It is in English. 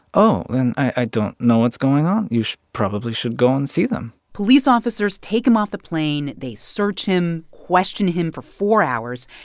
oh, then i don't know what's going on. you probably should go and see them police officers take him off the plane. they search him, question him for four hours.